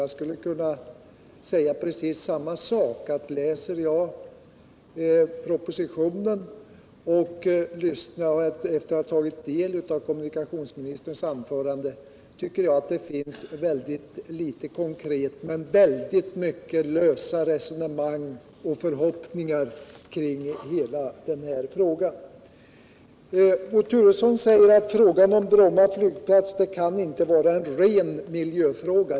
Jag skulle kunna säga precis samma sak till honom: sedan jag läst propositionen och efter att ha tagit del av kommunikationsministerns anförande tycker jag att där finns ytterst litet konkret men väldigt mycket lösa resonemang och förhoppningar kring hela den här frågan. Bo Turesson säger att frågan om Bromma flygplats inte kan vara en ren miljöfråga.